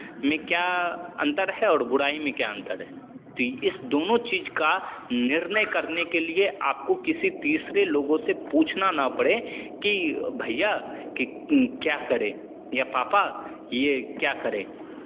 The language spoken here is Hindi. में क्या अंतर है और बुराई में क्या अंतर है ते इस दोनों चीज़ का निर्णय करने के लिए आपको किसी तीसरे लोगों से पूछना ना पड़े कि भैया कि क्या करें कि पापा ये क्या करें